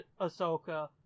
ahsoka